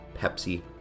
Pepsi